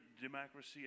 democracy